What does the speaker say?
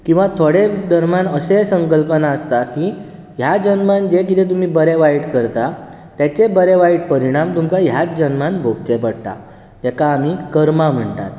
किंवा थोड्यां धर्मान अशेंय संकल्पना आसता की ह्या जल्मान जें कितें तुमी बरें वायट करतात ताचे बरें वायट परीणाम तुमकां ह्याच जल्मांत भोगचें पडटात ताका आमी कर्मां म्हणटात